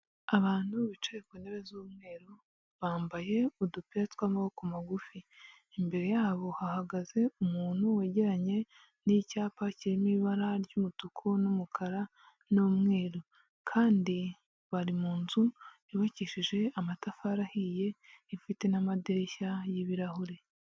Abantu bicaye ku ntebe z'umweru bambaye udupira tw'amaboko magufi, imbere yabo hahagaze umuntu wegeranye n'icyapa kirimo ibara ry'umutuku n'umukara n'umweru kandi bari mu nzu yubakishije amatafari ahiye ifite n'amadirishya y'ibirahure.